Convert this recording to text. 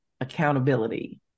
accountability